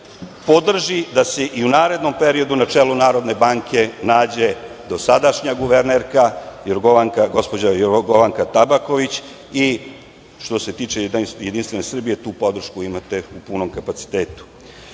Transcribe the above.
podrži da se i u narednom periodu na čelu Narodne banke nađe dosadašnja guvernerka, gospođa Jorgovanka Tabaković i što se tiče Jedinstvene Srbije tu podršku imate u punom kapacitetu.U